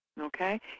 Okay